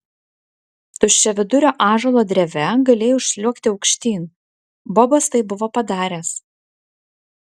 tuščiavidurio ąžuolo dreve galėjai užsliuogti aukštyn bobas tai buvo padaręs